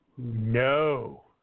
No